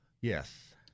Yes